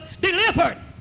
delivered